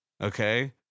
Okay